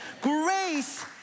Grace